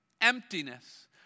Emptiness